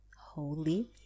holy